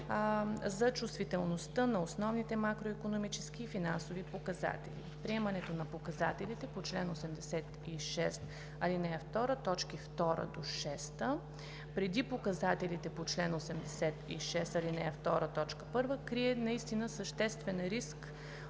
за чувствителността на основните макроикономически и финансови показатели. Приемането на показателите по чл. 86, ал. 2, т. 2 до 6 преди показателите по чл. 86, ал. 2, т. 1 крие наистина съществен риск